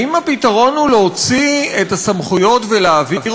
האם הפתרון הוא להוציא את הסמכויות ולהעביר